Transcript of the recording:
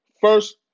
First